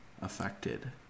affected